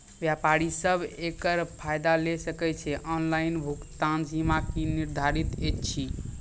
व्यापारी सब एकरऽ फायदा ले सकै ये? ऑनलाइन भुगतानक सीमा की निर्धारित ऐछि?